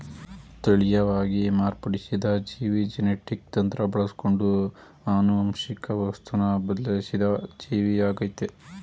ತಳೀಯವಾಗಿ ಮಾರ್ಪಡಿಸಿದ ಜೀವಿ ಜೆನೆಟಿಕ್ ತಂತ್ರ ಬಳಸ್ಕೊಂಡು ಆನುವಂಶಿಕ ವಸ್ತುನ ಬದ್ಲಾಯ್ಸಿದ ಜೀವಿಯಾಗಯ್ತೆ